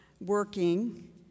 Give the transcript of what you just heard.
working